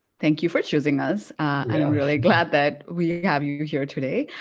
thank you for choosing us! i'm really glad that we have you here today.